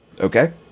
Okay